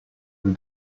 veut